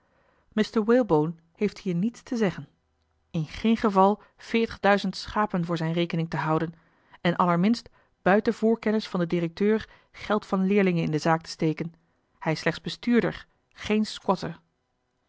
mr walebone heeft hier niets te zeggen in geen geval veertigduizend schapen voor zijne rekening te houden en allerminst buiten voorkennis van den directeur geld van leerlingen in de zaak te steken hij is slechts bestuurder geen squatter